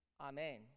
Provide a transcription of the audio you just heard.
Amen